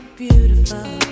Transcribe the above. beautiful